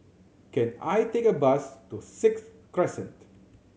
can I take a bus to Sixth Crescent